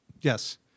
Yes